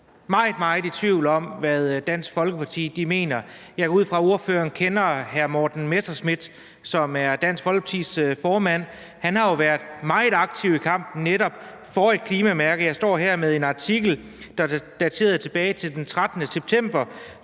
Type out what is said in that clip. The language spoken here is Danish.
meget, meget i tvivl om, hvad Dansk Folkeparti mener. Jeg går ud fra, at ordføreren kender hr. Morten Messerschmidt, som er Dansk Folkepartis formand. Han har jo været meget aktiv i kampen for netop et klimamærke. Jeg står her med en artikel dateret tilbage til den 13. september